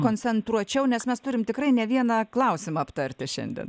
koncentruočiau nes mes turim tikrai ne vieną klausimą aptarti šiandien